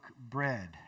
bread